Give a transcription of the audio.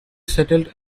settled